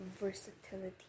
versatility